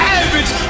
average